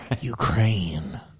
Ukraine